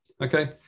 Okay